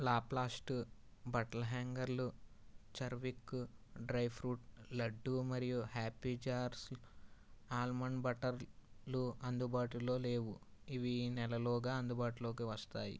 లాప్లాస్ట్ బట్టల హ్యాంగర్లు చర్విక్ డ్రై ఫ్రూట్ లడ్డూ మరియు హ్యాపీ జార్స్ ఆల్మండ్ బటర్లు అందుబాటులో లేవు ఇవి ఈ నెలలోగా అందుబాటులోకి వస్తాయి